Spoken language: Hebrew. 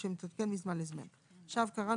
"צו הרחבה